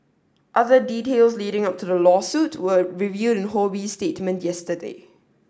other details leading up to the lawsuit were revealed in Ho Bee's statement yesterday